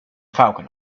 falcon